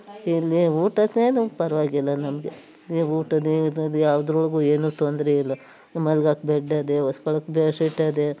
ಇಲ್ಲಿ ಊಟದ್ದೇನು ಪರವಾಗಿಲ್ಲ ನಮಗೆ ಈ ಊಟದ್ದು ಇದ್ರದ್ದು ಯಾವುದ್ರೊಳಗೂ ಏನೂ ತೊಂದರೆ ಇಲ್ಲ ಮಲ್ಗೋಕೆ ಬೆಡ್ ಅದೇ ಒಸ್ಕೊಳ್ಳೋಕೆ ಬೆಡ್ ಶೀಟ್ ಅದೇ